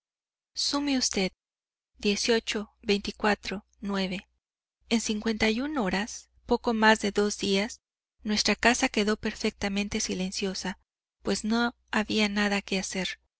por la leche de la madre sume usted en horas poco más de dos días nuestra casa quedó perfectamente silenciosa pues no había nada que hacer